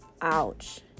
Ouch